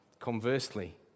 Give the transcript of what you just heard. conversely